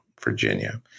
Virginia